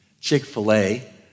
Chick-fil-A